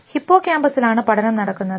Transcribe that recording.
Hippo കാമ്പസിലാണ് പഠനം നടക്കുന്നത്